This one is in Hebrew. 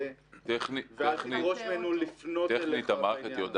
ואל תדרוש ממנו לפנות אליך בעניין הזה.